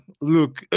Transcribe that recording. look